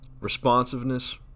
responsiveness